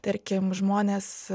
tarkim žmonės